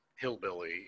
hillbilly